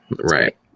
Right